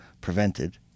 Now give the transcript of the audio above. prevented